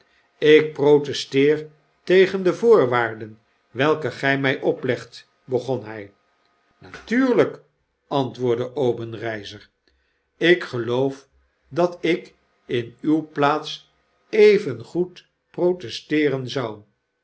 lk protesteer tegen de voorwaarden welke gij mij oplegt begon hij natuurlijk antwoordde obenreizer ik geloof dat ik in uwe plaats evengoed protesteeren zou